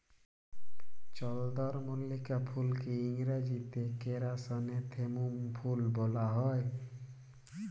চলদরমল্লিকা ফুলকে ইংরাজিতে কেরাসনেথেমুম ফুল ব্যলা হ্যয়